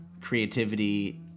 creativity